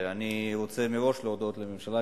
אני רוצה מראש להודות לממשלה,